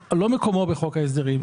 לא מקומו בחוק ההסדרים.